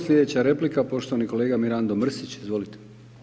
Slijedeća replika poštovani kolega Mirando Mrsić, izvolite.